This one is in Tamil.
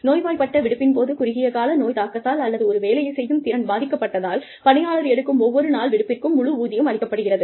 நோய்வாய்ப்பட்ட விடுப்பின் போது குறுகிய கால நோய் தாக்கத்தால் அல்லது ஒரு வேலையை செய்யும் திறன் பாதிக்கப்பட்டதால் பணியாளர் எடுக்கும் ஒவ்வொரு நாள் விடுப்பிற்கும் முழு ஊதியம் அளிக்கப்படுகிறது